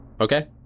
Okay